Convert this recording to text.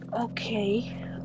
Okay